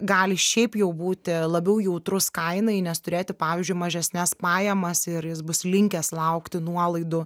gali šiaip jau būti labiau jautrus kainai nes turėti pavyzdžiui mažesnes pajamas ir jis bus linkęs laukti nuolaidų